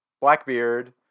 Blackbeard